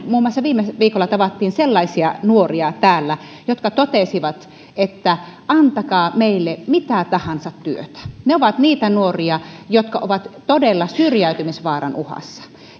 muun muassa viime viikolla tavattiin täällä sellaisia nuoria jotka totesivat että antakaa meille mitä tahansa työtä he ovat niitä nuoria jotka ovat todella syrjäytymisvaaran uhassa